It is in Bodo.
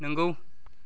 नंगौ